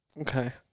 Okay